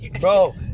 bro